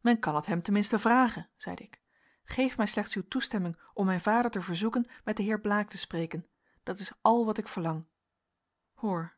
men kan het hem ten minste vragen zeide ik geef mij slechts uwe toestemming om mijn vader te verzoeken met den heer blaek te spreken dat is al wat ik verlang hoor